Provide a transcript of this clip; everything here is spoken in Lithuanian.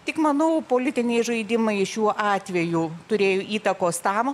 tik manau politiniai žaidimai šiuo atveju turėjo įtakos tam